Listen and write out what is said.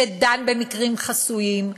שדן במקרים חסויים,